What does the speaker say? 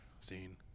scene